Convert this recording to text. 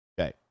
Okay